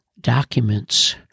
documents